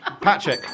Patrick